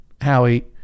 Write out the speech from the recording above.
Howie